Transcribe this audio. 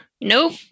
Nope